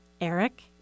Eric